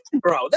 bro